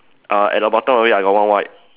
err at the bottom of it I got one white